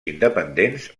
independents